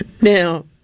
Now